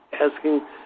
asking